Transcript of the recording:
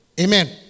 Amen